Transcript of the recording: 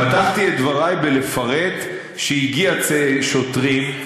פתחתי את דברי בלפרט שהגיעו שוטרים,